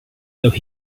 though